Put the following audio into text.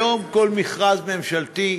היום כל מכרז ממשלתי,